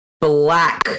Black